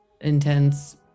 intense